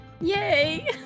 Yay